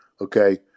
okay